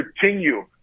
continue